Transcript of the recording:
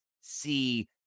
see